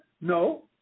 No